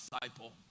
disciple